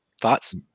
thoughts